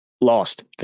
Lost